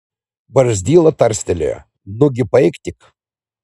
barzdyla tarstelėjo nugi paeik tik